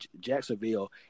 Jacksonville